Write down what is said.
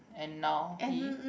and now he